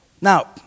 Now